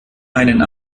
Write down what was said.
einen